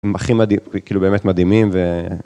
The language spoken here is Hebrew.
הם הכי מדהימים, כאילו באמת מדהימים ו...